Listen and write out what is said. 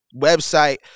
Website